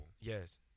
Yes